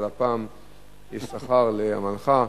אבל הפעם יש שכר לעמלך.